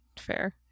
fair